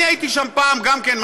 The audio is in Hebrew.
ואני הייתי שם פעם גם כן,